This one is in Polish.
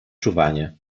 czuwanie